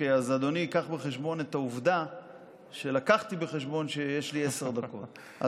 אדוני יביא בחשבון את העובדה שלקחתי בחשבון שיש לי עשר דקות,